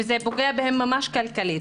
וזה פוגע בהם ממש כלכלית.